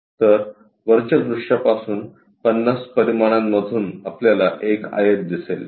तर वरच्या दृश्यापासून 50 परिमाणांमधून आपल्याला एक आयत दिसेल